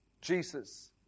Jesus